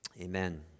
Amen